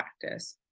practice